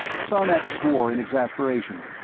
sarnax swore in exasperation.